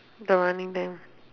the running thing